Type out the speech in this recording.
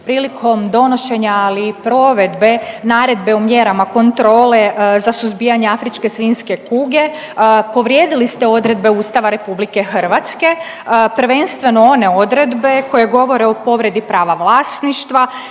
prilikom donošenja, ali i provedbe naredbe u mjerama kontrole za suzbijanje afričke svinjske kuge povrijedili ste odredbe Ustava RH, prvenstveno one odredbe koje govore o povredi prava vlasništva,